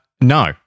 No